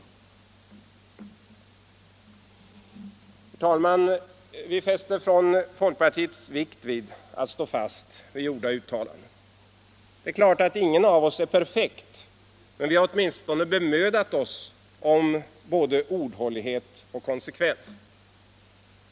Herr talman! Vi fäster från folkpartiet vikt vid att stå fast vid gjorda uttalanden. Det är klart att ingen av oss är perfekt, men vi har åtminstone bemödat oss om både ordhållighet och konsekvens.